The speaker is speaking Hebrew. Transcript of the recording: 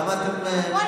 למה אתם, אני,